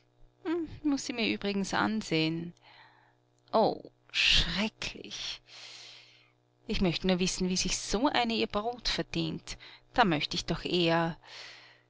muß sie mir übrigens anseh'n o schrecklich ich möcht nur wissen wie sich so eine ihr brot verdient da möcht ich doch eher